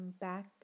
back